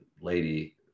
lady